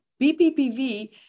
BPPV